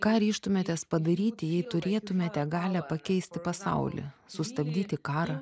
ką ryžtumėtės padaryti jei turėtumėte galią pakeisti pasaulį sustabdyti karą